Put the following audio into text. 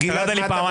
יכול להיות.